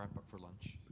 up up for lunch.